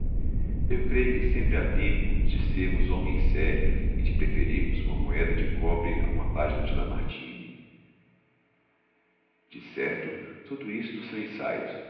eu creio que sempre há tempo de sermos homem sério e de preferirmos uma moeda de cobre a uma página de amartine e certo tudo isto são ensaios